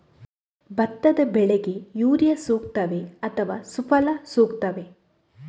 ಭತ್ತದ ಬೆಳೆಗೆ ಯೂರಿಯಾ ಸೂಕ್ತವೇ ಅಥವಾ ಸುಫಲ ಸೂಕ್ತವೇ?